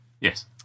Yes